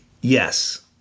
yes